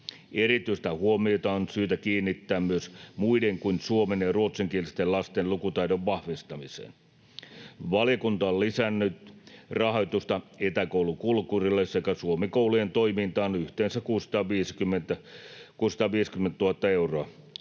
Erityistä huomiota on syytä kiinnittää myös muiden kuin suomen- ja ruotsinkielisten lasten lukutaidon vahvistamiseen. Valiokunta on lisännyt rahoitusta Etäkoulu Kulkurille sekä Suomi-koulujen toimintaan yhteensä 650 000 euroa.